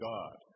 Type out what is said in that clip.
God